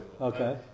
Okay